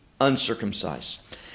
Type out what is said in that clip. uncircumcised